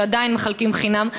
שעדיין מחלקים חינם,